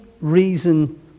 reason